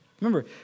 Remember